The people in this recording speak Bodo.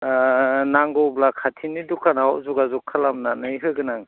नांगौब्ला खाथिनि दखानाव जगाजग खालामनानै होगोन आं